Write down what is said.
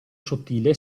sottile